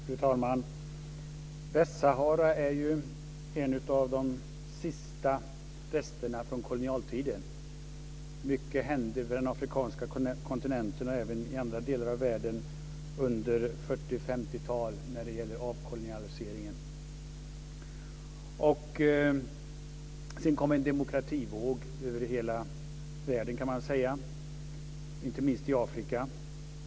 Fru talman! Västsahara är en av de sista resterna från kolonialtiden. Mycket hände på den afrikanska kontinenten och även i andra delar av världen under 40 och 50-talen när det gäller avkolonialiseringen. Sedan kom en demokrativåg över hela världen, inte minst i Afrika.